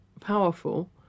powerful